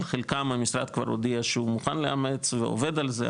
על חלקם המשרד כבר הודיע שהוא מוכן לאמץ והוא עובד על זה,